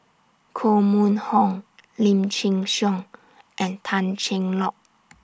Koh Mun Hong Lim Chin Siong and Tan Cheng Lock